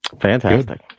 Fantastic